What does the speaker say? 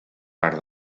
part